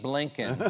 Lincoln